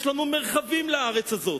יש לנו מרחבים, לארץ הזאת.